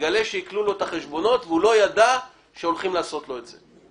מגלה שעיקלו לו את החשבונות והוא לא ידע שהולכים לעשות לו את זה.